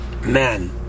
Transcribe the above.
man